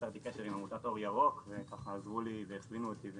יצרתי קשר עם עמותת 'אור ירוק' והם עזרו לי והכווינו אותי.